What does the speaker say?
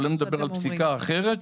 אבל אני מדבר על פסיקה אחרת.